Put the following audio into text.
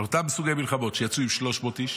באותם סוגי מלחמות יצאו עם 300 איש,